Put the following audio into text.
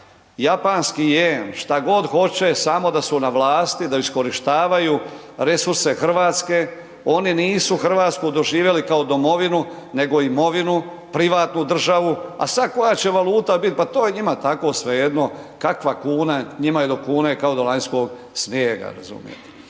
japanski jen, šta god hoće samo da su na vlasti, da iskorištavaju resurse Hrvatske, oni nisu Hrvatsku doživjeli kao domovinu, nego imovinu, privatnu državu, a sad koja će valuta biti pa to je njima tako svejedno. Kakva kuna, njima je do kune kao do lanjskog snijega razumijete.